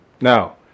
Now